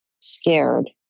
scared